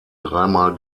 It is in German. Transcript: dreimal